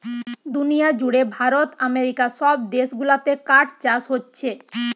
দুনিয়া জুড়ে ভারত আমেরিকা সব দেশ গুলাতে কাঠ চাষ হোচ্ছে